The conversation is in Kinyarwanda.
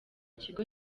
kigo